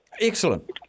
Excellent